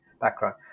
background